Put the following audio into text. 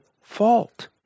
fault